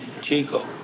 Chico